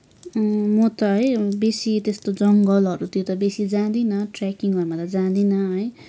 म त है बेसी त्यस्तो जङ्गलहरूतिर त बेसी त जाँदिन ट्रेकिङहरूमा त जाँदिन है